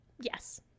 Yes